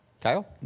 Kyle